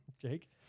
Jake